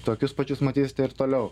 tokius pačius matysite ir toliau